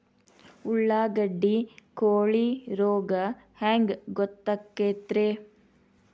ಉಳ್ಳಾಗಡ್ಡಿ ಕೋಳಿ ರೋಗ ಹ್ಯಾಂಗ್ ಗೊತ್ತಕ್ಕೆತ್ರೇ?